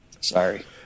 Sorry